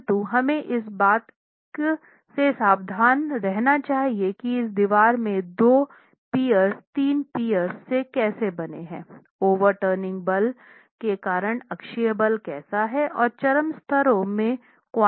परंतु हमें इस बात से सावधान रहना चाहिए कि इस दीवार में ये दो पिएर्स तीन पिएर्स से कैसे बने हैं ओवर टर्निंग पल के कारण अक्षीय बल कैसा है और चरम स्तरों में क्वांटम क्या है